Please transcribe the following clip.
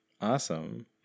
Awesome